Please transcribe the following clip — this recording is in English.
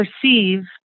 perceive